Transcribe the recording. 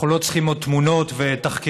אנחנו לא צריכים עוד תמונות ותחקירים.